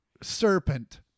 serpent